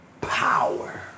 power